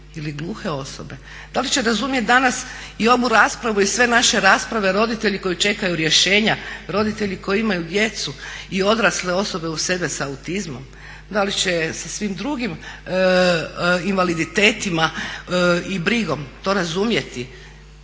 ili gluhe osobe? Da li će razumjeti danas i ovu raspravu i sve naše rasprave roditelji koji čekaju rješenja, roditelji koji imaju djece i odrasle osobe uz sebe sa autizmom? Da li će sa svim drugim invaliditetima i brigom to razumjeti?